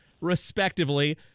respectively